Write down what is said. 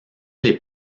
les